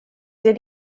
did